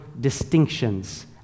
distinctions